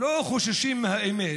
לא חוששים מהאמת,